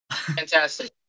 Fantastic